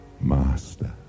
Master